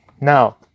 Now